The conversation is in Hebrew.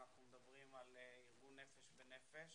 אנחנו מדברים על ארגון נפש בנפש